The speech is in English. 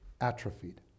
atrophied